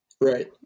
Right